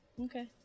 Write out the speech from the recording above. Okay